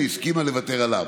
50 יום על תקציב,